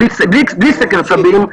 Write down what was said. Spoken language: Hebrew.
בלי סקר צבים,